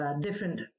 different